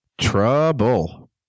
Trouble